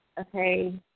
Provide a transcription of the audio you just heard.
Okay